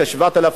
כ-7,000,